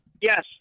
yes